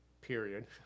period